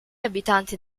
abitanti